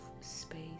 space